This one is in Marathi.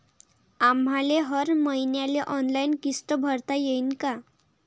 आम्हाले हर मईन्याले ऑनलाईन किस्त भरता येईन का?